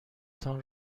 تان